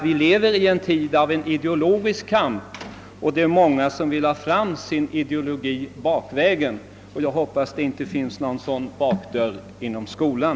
Vi lever ju i en tid av ideologisk kamp, och det är många som vill föra fram sin ideologi bakvägen. Jag hoppas att det inte finns någon sådan bakväg till skolan.